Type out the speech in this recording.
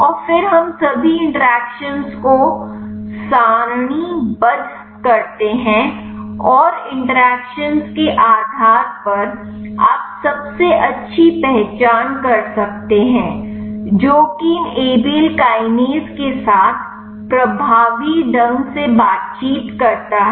और फिर हम सभी इंटरैक्शन को सारणीबद्ध करते हैं और इंटरैक्शन के आधार पर आप सबसे अच्छी पहचान कर सकते हैं जो कि इन ए बी ल काइनेज के साथ प्रभावी ढंग से बातचीत करता है